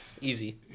easy